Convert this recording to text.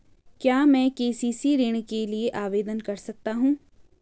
क्या मैं के.सी.सी ऋण के लिए आवेदन कर सकता हूँ?